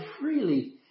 freely